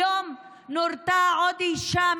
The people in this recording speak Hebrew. היום נורתה עוד אישה,